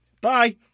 Bye